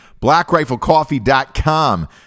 BlackRifleCoffee.com